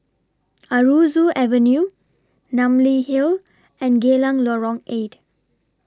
Aroozoo Avenue Namly Hill and Geylang Lorong eight